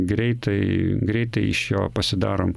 greitai greitai iš jo pasidarom